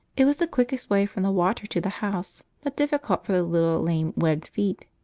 it was the quickest way from the water to the house, but difficult for the little lame webbed feet.